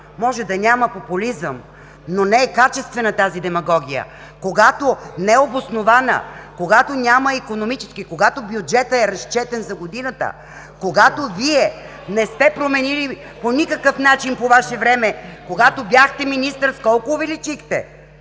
Може да няма популизъм, но не е качествена тази демагогия. Когато не е обоснована, когато няма икономически, когато бюджетът е разчетен за годината, когато Вие не сте променили по никакъв начин по Ваше време, когато бяхте министър с колко увеличихте?